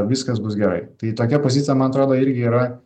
viskas bus gerai tai tokia pozicija man atrodo irgi yra